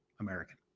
American